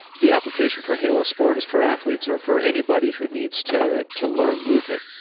the application for halo sport is for athletes, or for anybody who needs to to learn movement.